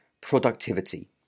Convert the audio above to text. productivity